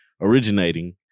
originating